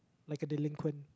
like a delinquent